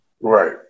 Right